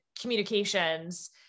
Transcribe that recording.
communications